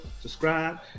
subscribe